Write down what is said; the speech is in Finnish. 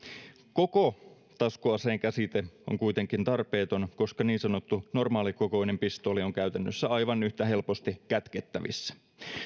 koko taskuaseen käsite on kuitenkin tarpeeton koska niin sanottu normaalikokoinen pistooli on käytännössä aivan yhtä helposti kätkettävissä